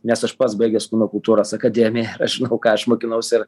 nes aš pats baigęs kūno kultūros akademiją žinau ką aš mokinausi ir